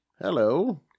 Hello